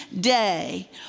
day